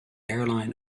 airline